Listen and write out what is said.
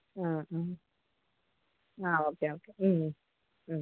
ആ ആ okay okay